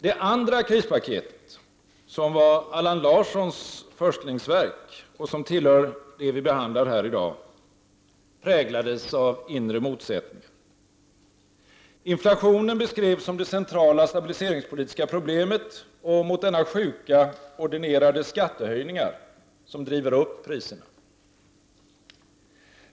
Det andra krispaketet, som var Allan Larssons förstlingsverk och som tillhör det vi behandlar här i dag, präglades av inre motsättningar. Inflationen beskrevs som det centrala stabiliseringspolitiska problemet, och mot denna sjuka ordinerades skattehöjningar som driver upp priserna.